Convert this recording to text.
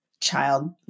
child